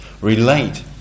relate